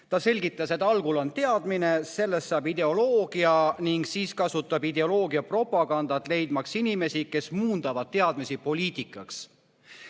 Ta selgitas, et algul on teadmine, sellest saab ideoloogia ning siis kasutab ideoloogia propagandat, leidmaks inimesi, kes muundavad teadmisi poliitikaks. Viimane